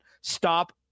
Stop